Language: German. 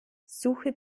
suche